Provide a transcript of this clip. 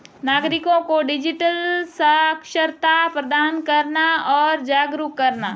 नागरिको को डिजिटल साक्षरता प्रदान करना और जागरूक करना